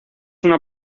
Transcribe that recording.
una